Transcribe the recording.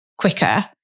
quicker